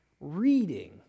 reading